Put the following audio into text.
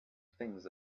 things